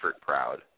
proud